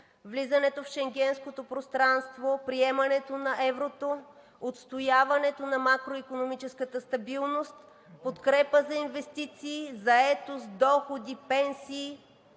влизането в Шенгенското пространство, приемането на еврото, отстояването на макроикономическата стабилност, подкрепа за инвестиции, заетост, доходи, пенсии.